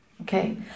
Okay